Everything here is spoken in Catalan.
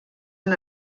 han